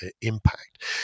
impact